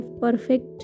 perfect